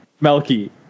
Melky